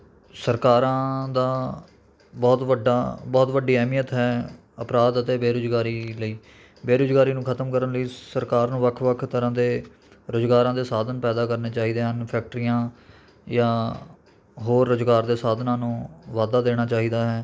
ਸਰਕਾਰਾਂ ਦਾ ਬਹੁਤ ਵੱਡਾ ਬਹੁਤ ਵੱਡੀ ਅਹਿਮੀਅਤ ਹੈ ਅਪਰਾਧ ਅਤੇ ਬੇਰੁਜ਼ਗਾਰੀ ਲਈ ਬੇਰੁਜ਼ਗਾਰੀ ਨੂੰ ਖਤਮ ਕਰਨ ਲਈ ਸਰਕਾਰ ਨੂੰ ਵੱਖ ਵੱਖ ਤਰ੍ਹਾਂ ਦੇ ਰੁਜ਼ਗਾਰਾਂ ਦੇ ਸਾਧਨ ਪੈਦਾ ਕਰਨੇ ਚਾਹੀਦੇ ਹਨ ਫੈਕਟਰੀਆਂ ਜਾਂ ਹੋਰ ਰੁਜ਼ਗਾਰ ਦੇ ਸਾਧਨਾਂ ਨੂੰ ਵਾਧਾ ਦੇਣਾ ਚਾਹੀਦਾ ਹੈ